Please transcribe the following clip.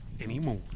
anymore